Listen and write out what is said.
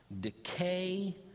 Decay